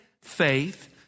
faith